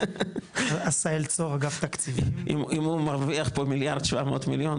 אם הוא מרוויח פה 1.700 מיליארד,